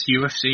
UFC